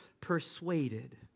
persuaded